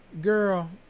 girl